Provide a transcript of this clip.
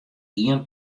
ien